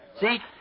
See